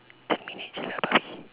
ten minutes